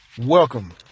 Welcome